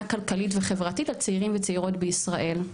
כלכלית וחברתית על צעירים וצעירות בישראל,